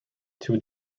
two